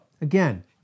again